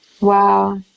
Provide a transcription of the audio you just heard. Wow